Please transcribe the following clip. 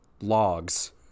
logs